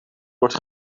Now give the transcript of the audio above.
wordt